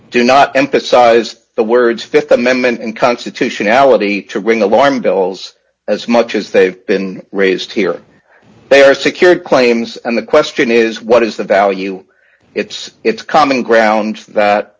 do not emphasize the words th amendment and constitutionality to ring alarm bells as much as they've been raised here they are secure claims and the question is what is the value it's it's common ground that